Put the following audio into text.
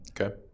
okay